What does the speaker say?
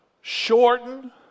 shorten